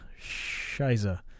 Shiza